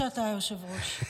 היושב-ראש.